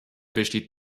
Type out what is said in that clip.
besteht